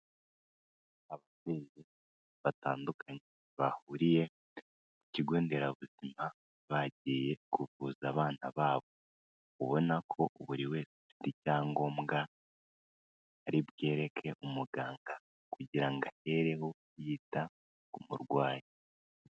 Ababyeyi batandukanye bahuriye ku kigonderabuzima bagiye kuvuza abana babo, ubona ko uburi wese afite ibyangombwa ari bwereke umuganga kugira ngo ahereho yita ku murwayi.